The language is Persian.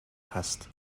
هست